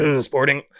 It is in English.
sporting